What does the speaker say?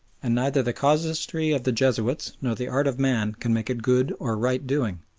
and neither the casuistry of the jesuits nor the art of man can make it good or right doing.